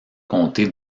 comté